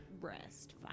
rest